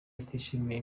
utishimiye